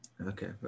Okay